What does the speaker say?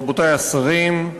רבותי השרים,